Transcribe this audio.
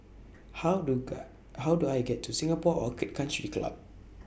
How Do How Do I get to Singapore Orchid Country Club